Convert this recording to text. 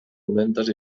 dolentes